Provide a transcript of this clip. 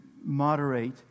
moderate